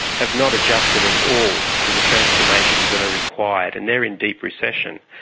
have not adjusted at all to the transformations that are required, and they are in deep recession.